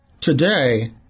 Today